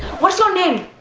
what's your name?